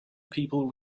people